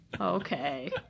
Okay